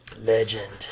Legend